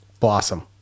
Blossom